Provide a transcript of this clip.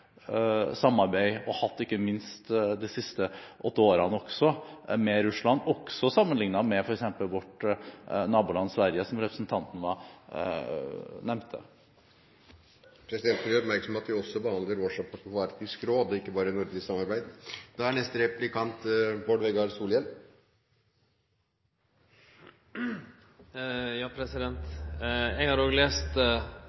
samarbeid med Russland – og har ikke minst hatt det de siste åtte årene – også sammenlignet med f.eks. vårt naboland Sverige, som representanten nevnte. Presidenten vil gjøre oppmerksom på at vi også behandler årsrapport for Arktisk råd, ikke bare nordisk samarbeid.